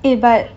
eh but